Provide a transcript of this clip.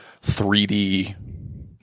3d